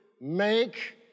make